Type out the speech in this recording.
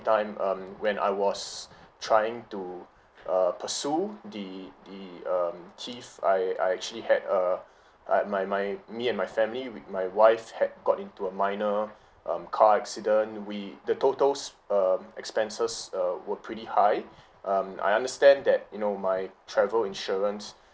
time um when I was trying to uh pursue the the um thief I I actually had uh I my my me and my family with my wife had got into a minor um car accident we the totals um expenses uh were pretty high um I understand that you know my travel insurance